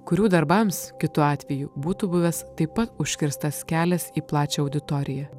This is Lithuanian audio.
kurių darbams kitu atveju būtų buvęs taip pat užkirstas kelias į plačią auditoriją